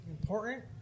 important